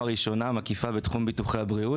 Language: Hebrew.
ראשונה מקיפה בתחום ביטוחי הבריאות.